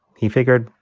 he figured,